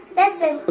listen